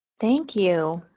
thank you.